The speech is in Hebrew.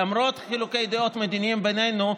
למרות חילוקי הדעות המדיניים בינינו,